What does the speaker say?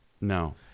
No